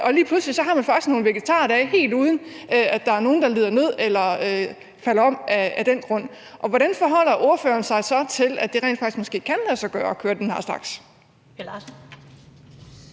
og lige pludselig har man faktisk nogle vegetardage, helt uden at der er nogen, der lider nød eller falder om af den grund. Hvordan forholder ordføreren sig så til, at det måske rent faktisk kan lade sig at køre den her slags?